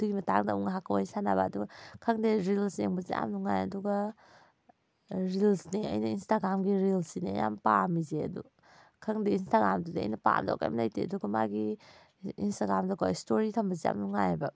ꯑꯗꯨꯒꯤ ꯃꯇꯥꯡꯗ ꯑꯃꯨꯛ ꯉꯥꯏꯍꯥꯛꯀ ꯋꯥꯔꯤ ꯁꯥꯟꯅꯕ ꯑꯗꯨꯒ ꯈꯪꯗꯦ ꯔꯤꯜꯁ ꯌꯦꯡꯕꯁꯦ ꯌꯥꯝ ꯅꯨꯡꯉꯥꯏ ꯑꯗꯨꯒ ꯔꯤꯜꯁꯅꯦ ꯑꯩꯅ ꯏꯟꯁꯇꯥꯒ꯭ꯔꯥꯝꯒꯤ ꯔꯤꯜꯁ ꯁꯤꯅꯦ ꯑꯩꯅ ꯌꯥꯝ ꯄꯥꯝꯃꯤꯁꯦ ꯑꯗꯨ ꯈꯪꯗꯦ ꯏꯟꯁꯇꯥꯒ꯭ꯔꯥꯝꯗꯗꯤ ꯑꯩꯅ ꯄꯥꯝꯗꯕ ꯀꯔꯤꯝ ꯂꯩꯇꯦ ꯑꯗꯨꯒ ꯃꯥꯒꯤ ꯏꯟꯁꯇꯥꯒ꯭ꯔꯥꯝꯗꯀꯣ ꯏꯁꯇꯣꯔꯤ ꯊꯝꯕꯁꯦ ꯌꯥꯝ ꯅꯨꯡꯉꯥꯏꯑꯕ